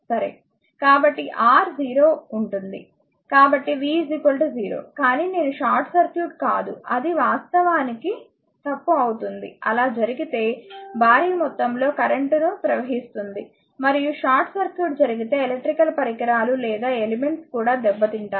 కాబట్టి R 0 ఉంటుంది కాబట్టి v 0 కానీ నేను షార్ట్ సర్క్యూట్ కాదు అది వాస్తవానికి తప్పు అవుతుందిఅలా జరిగితే భారీ మొత్తంలో కరెంట్ ను ప్రవహిస్తుంది మరియు షార్ట్ సర్క్యూట్ జరిగితే ఎలక్ట్రికల్ పరికరాలు లేదా ఎలిమెంట్స్ కూడా దెబ్బతింటాయి